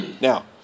Now